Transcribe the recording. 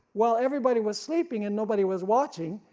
while everybody was sleeping and nobody was watching,